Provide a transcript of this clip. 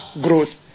growth